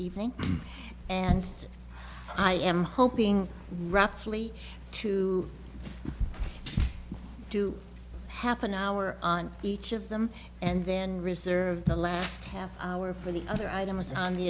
evening and i am hoping roughly to do half an hour on each of them and then reserve the last half hour for the other items on the